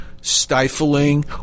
stifling